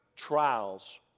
Trials